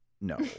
No